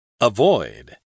Avoid